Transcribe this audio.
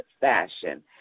fashion